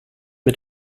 mit